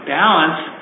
balance